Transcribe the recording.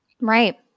Right